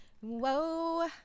Whoa